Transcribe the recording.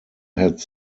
had